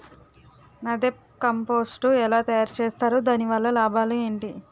NADEP compost ఎలా తయారు చేస్తారు? దాని వల్ల లాభాలు ఏంటి?